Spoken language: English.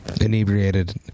inebriated